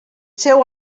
seu